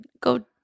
go